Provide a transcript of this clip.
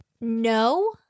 No